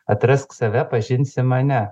atrask save pažinsi mane